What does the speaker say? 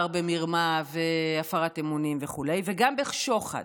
במרמה והפרת אמונים וכו' וגם בשוחד.